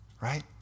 right